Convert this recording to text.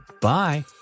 Bye